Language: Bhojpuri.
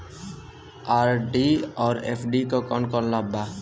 आर.डी और एफ.डी क कौन कौन लाभ बा?